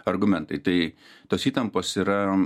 argumentai tai tos įtampos yra